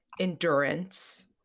endurance